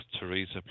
teresa